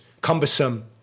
cumbersome